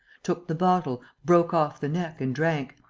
took the bottle, broke off the neck and drank.